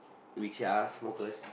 which are smokers